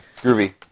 groovy